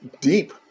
deep